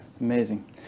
Amazing